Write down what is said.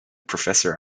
professor